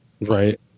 Right